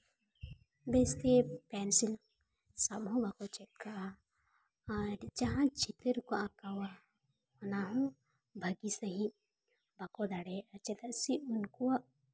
ᱵᱮᱥᱛᱮ ᱯᱮᱱᱥᱤᱞ ᱥᱟᱵ ᱦᱚᱸ ᱵᱟᱠᱚ ᱥᱟᱵ ᱠᱟᱜᱼᱟ ᱟᱨ ᱡᱟᱦᱟᱸ ᱪᱤᱛᱟᱹᱨ ᱠᱚ ᱟᱸᱠᱟᱣᱟ ᱚᱱᱟ ᱦᱚᱸ ᱵᱷᱟᱹᱜᱤ ᱥᱟᱹᱦᱤᱡ ᱵᱟᱠᱚ ᱫᱟᱲᱮᱭᱟᱜᱼᱟ ᱪᱮᱫᱟᱜ ᱥᱮ ᱩᱱᱠᱩᱣᱟᱜ